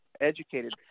educated